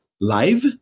live